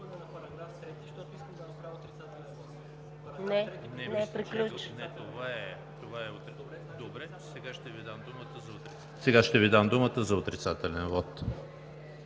сега ще Ви дам думата за отрицателен вот.